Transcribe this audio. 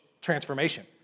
transformation